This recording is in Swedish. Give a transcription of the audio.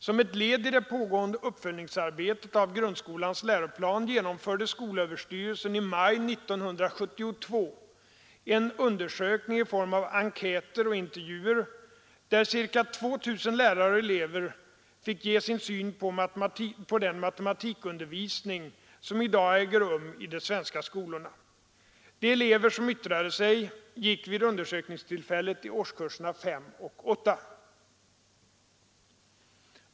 Som ett led i det pågående uppföljningsarbetet av grundskolans läroplan genomförde skolöverstyrelsen i maj 1972 en undersökning i form av enkäter och intervjuer, där ca 2 000 lärare och elever fick ge sin syn på den matematikundervisning som i dag äger rum i de svenska skolorna. De elever som yttrade sig gick vid undersökningstillfället i årskurserna 5 och 8.